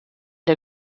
der